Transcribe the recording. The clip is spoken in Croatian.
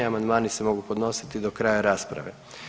Amandmani se mogu podnositi do kraja rasprave.